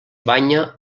banya